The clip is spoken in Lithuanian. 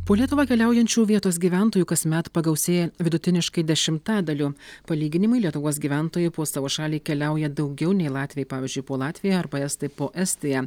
po lietuvą keliaujančių vietos gyventojų kasmet pagausėja vidutiniškai dešimtadaliu palyginimui lietuvos gyventojai po savo šalį keliauja daugiau nei latviai pavyzdžiui po latviją arba estai po estiją